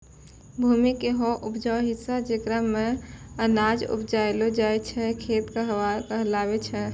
भूमि के हौ उपजाऊ हिस्सा जेकरा मॅ अनाज उपजैलो जाय छै खेत कहलावै छै